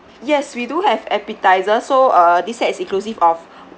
yes we do have appetiser so uh this set is inclusive of